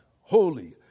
holy